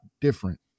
different